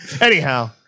Anyhow